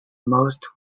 most